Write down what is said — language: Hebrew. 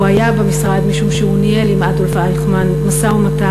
הוא היה במשרד משום שהוא ניהל עם אדולף אייכמן משא-ומתן,